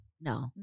No